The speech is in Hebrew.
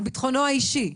על ביטחונו האישי,